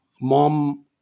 mom